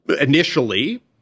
initially